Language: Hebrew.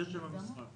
זה שם המשחק.